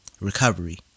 Recovery